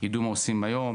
ידעו מה הם עושים היום,